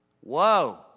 whoa